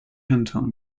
canton